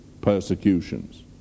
persecutions